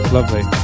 Lovely